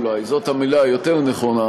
אולי זאת המילה היותר-נכונה,